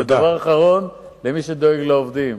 דבר אחרון, למי שדואג לעובדים.